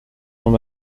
sont